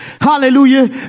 Hallelujah